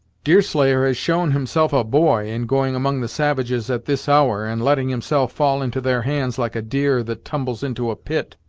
deerslayer has shown himself a boy, in going among the savages at this hour, and letting himself fall into their hands like a deer that tumbles into a pit,